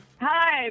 Hi